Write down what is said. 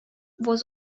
was